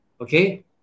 Okay